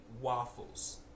waffles